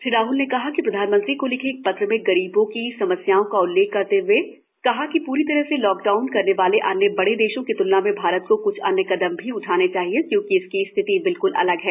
श्री राहल गांधी ने प्रधानमंत्री को लिखे एक पत्र में गरीबों की समस्याओं का उल्लेख करते हुए कहा कि पूरी तरह से लॉकडाउन करने वाले अन्य बड़े देशों की त्लना में भारत को क्छ अन्य कदम भी उठाने चाहिए क्योंकि इसकी स्थिति बिल्क्ल अलग है